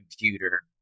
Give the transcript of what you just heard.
computer